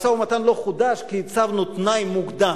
המשא-ומתן לא חודש כי הצבנו תנאי מוקדם.